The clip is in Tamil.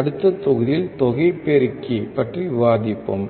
அடுத்த தொகுதியில் தொகை பெருக்கி பற்றி விவாதிப்போம்